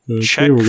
Check